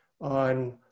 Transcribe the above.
on